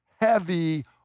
heavy